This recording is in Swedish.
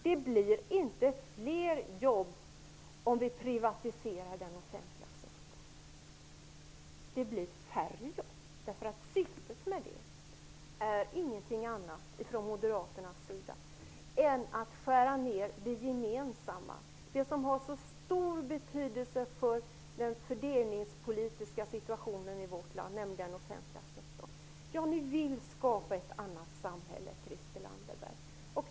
Det blir inte fler jobb om vi privatiserar den offentliga sektorn, utan det blir färre jobb. Syftet från Moderaternas sida är ingenting annat än att skära ned i det gemensamma, i det som har stor betydelse för den fördelningspolitiska situationen i vårt land, nämligen i den offentliga sektorn. Ja, ni vill skapa ett annat samhälle Christel Anderberg!